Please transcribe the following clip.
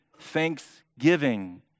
thanksgiving